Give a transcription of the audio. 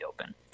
open